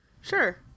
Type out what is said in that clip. Sure